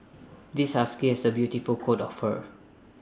this husky has A beautiful coat of fur